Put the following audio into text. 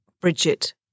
Bridget